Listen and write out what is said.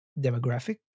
demographic